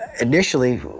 initially